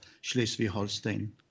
Schleswig-Holstein